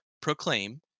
proclaim